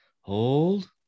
hold